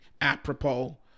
apropos